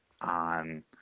on